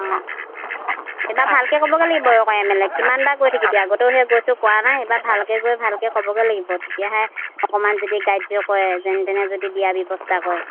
অঁ এইবাৰ ভালকে ক'বগে লাগিব আকৌ এম এল এক কিমানবাৰ গৈ থাকিবি আগতেও সেই গৈছোঁ কৰা নাই এইবাৰ ভালকৈ গৈ ভালকৈ ক'বগৈ লাগিব তেতিয়াহে অকণমান যদি কৰে যেন তেনে যদি দিয়া ব্যৱস্থা কৰে